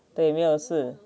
对没有事